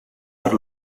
per